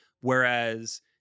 Whereas